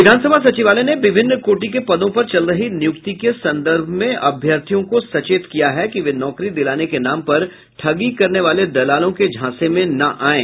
विधानसभा सचिवालय ने विभिन्न कोटि के पदों पर चल रही नियुक्ति के संदर्भ में अभ्यर्थियों को सचेत किया है कि वे नौकरी दिलाने के नाम पर ठगी करने वाले दलालों के झांसे में न आयें